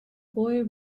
boy